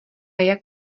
jak